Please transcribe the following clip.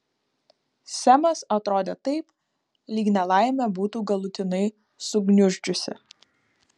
semas atrodė taip lyg nelaimė būtų galutinai sugniuždžiusi